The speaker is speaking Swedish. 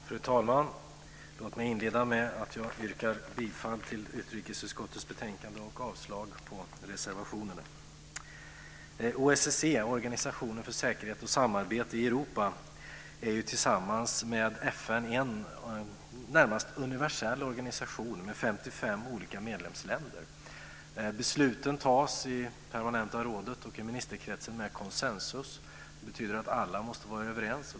Fru talman! Låt mig inleda med att yrka bifall till förslaget i utrikesutskottets betänkande och avslag på reservationerna. OSSE, Organisationen för säkerhet och samarbete i Europa, är tillsammans med FN en närmast universell organisation med 55 olika medlemsländer. Besluten tas i det permanenta rådet och i ministerkretsen med konsensus. Det betyder att alla måste vara överens.